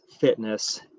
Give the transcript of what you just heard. Fitness